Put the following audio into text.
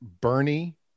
Bernie